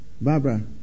Barbara